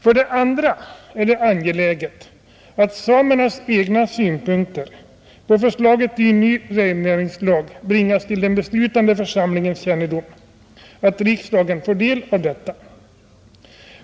För det andra är det angeläget att samernas egna synpunkter på förslaget till ny rennäringslag bringas till den beslutande församlingens kännedom =— att riksdagen får del därav.